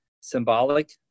Symbolic